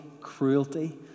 cruelty